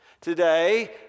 Today